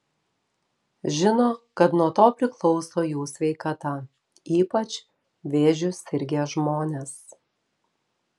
žino kad nuo to priklauso jų sveikata ypač vėžiu sirgę žmonės